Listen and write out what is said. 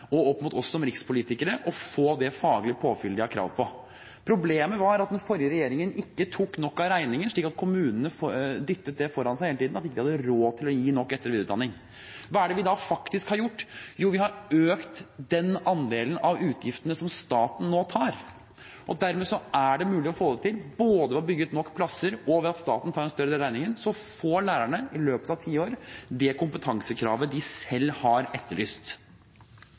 og opp mot oss som rikspolitikere, å få det faglige påfyllet de har krav på. Problemet var at den forrige regjeringen ikke tok nok av regningen, slik at kommunene dyttet det at de ikke hadde råd til å gi nok etter- og videreutdanning, foran seg hele tiden. Hva er det vi da faktisk har gjort? Jo, vi har økt andelen av utgiftene som staten nå tar. Dermed er det mulig å få det til. Både ved å bygge ut nok plasser og ved at staten tar en større del av regningen, får lærerne i løpet av ti år det kompetansekravet de selv har etterlyst.